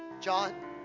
John